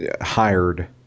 hired